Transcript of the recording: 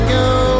go